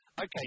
Okay